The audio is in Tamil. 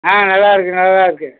ஆ நல்லா இருக்கு நல்லா இருக்கு